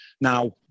Now